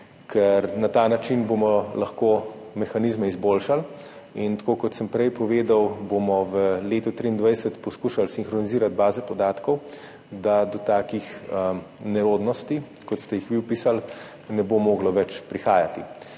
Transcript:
ker na ta način bomo lahko mehanizme izboljšali. In tako, kot sem prej povedal, bomo v letu 2023 poskušali sinhronizirati baze podatkov, da do takih nerodnosti, kot ste jih vi opisali, ne bo moglo več prihajati.